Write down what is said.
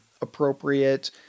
appropriate